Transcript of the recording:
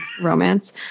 romance